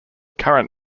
current